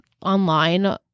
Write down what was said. online